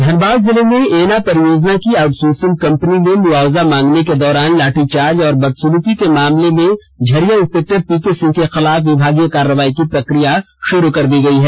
धनबाद जिले में एना परियोजना की आउटसोर्सिंग कंपनी में मुआवजा मांगने के दौरान लाठीचार्ज और बदसल्की के मामले में झरिया इंस्पेक्टर पीके सिंह के खिलाफ विभागीय कार्रवाई की प्रक्रिया शुरू कर दी गई है